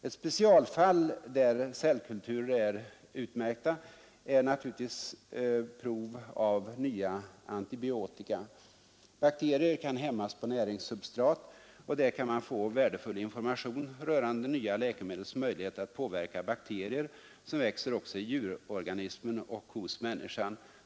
Ett specialfall där cellkulturer är utmärkta är naturligtvis prov av nya antibiotika. Bakterier kan hämmas på näringssubstrat, och där kan man få värdefull information rörande nya läkemedels möjlighet att påverka bakterier som växer också i djurorganismen och hos människan.